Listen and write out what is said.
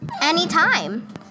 Anytime